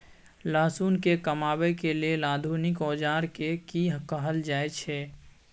लहसुन के कमाबै के लेल आधुनिक औजार के कि कहल जाय छै?